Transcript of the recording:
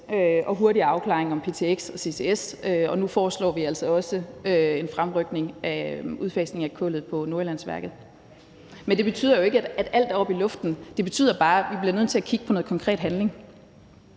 en hurtigere afklaring af ptx og ccs, og nu foreslår vi altså også en fremrykning af udfasningen af kullet på Nordjyllandsværket. Men det betyder jo ikke, at alt er oppe i luften; det betyder bare, at vi bliver nødt til at kigge på noget konkret handling.